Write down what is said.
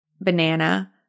banana